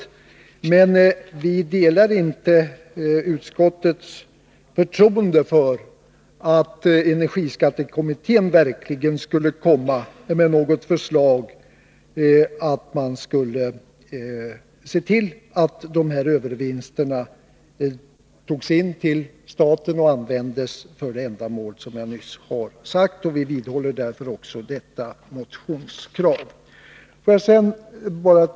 Vi delar emellertid inte utskottets förtroende för att energiskattekommittén verkligen skall komma med något förslag som innebär att övervinsterna tas in till staten och används för de ändamål som jag nyss nämnde. Vi vidhåller därför detta motionskrav. Herr talman!